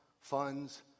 funds